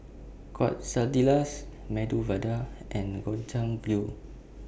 Quesadillas Medu Vada and Gobchang Gui